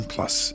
Plus